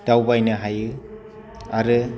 दावबायनो हायो आरो